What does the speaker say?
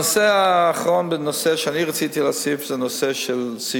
הנושא האחרון שאני רציתי להוסיף זה סיעוד.